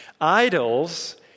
Idols